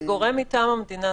זה גורם מטעם המדינה,